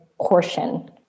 portion